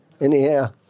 Anyhow